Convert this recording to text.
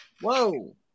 Whoa